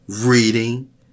reading